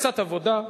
קצת עבודה,